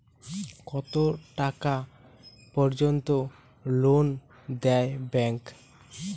কত টাকা পর্যন্ত লোন দেয় ব্যাংক?